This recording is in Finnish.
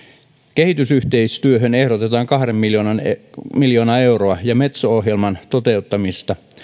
kehitysyhteistyöhön ehdotetaan kahta miljoonaa euroa ja metso ohjelman toteuttamista